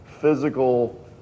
physical